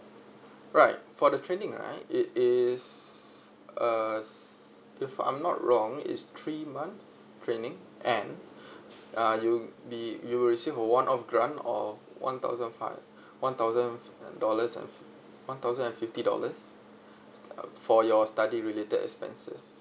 right for the training right it is us if I'm not wrong is three months training and uh you be you will receive of one of grant or one thousand five one thousand dollars and one thousand and fifty dollars for your study related expenses